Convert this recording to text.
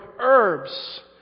herbs